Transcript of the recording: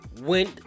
went